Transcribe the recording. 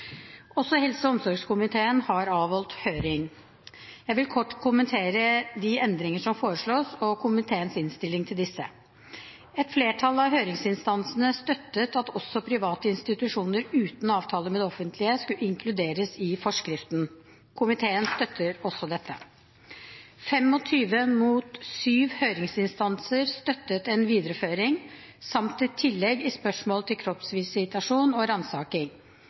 Også helse- og omsorgskomiteen har avholdt høring. Jeg vil kort kommentere de endringer som foreslås, og komiteens innstilling til disse. Et flertall av høringsinstansene støttet at også private institusjoner uten avtale med det offentlige skulle inkluderes i forskriften. Komiteen støtter også dette. 25 mot 7 høringsinstanser støttet en videreføring samt et tillegg i spørsmålet om kroppsvisitasjon og